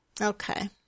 okay